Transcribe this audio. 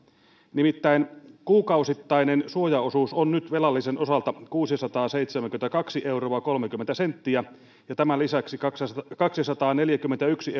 nimittäin kuukausittainen suojaosuus on nyt velallisen osalta kuusisataaseitsemänkymmentäkaksi euroa kolmekymmentä senttiä ja tämän lisäksi kaksisataaneljäkymmentäyksi